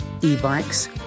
E-bikes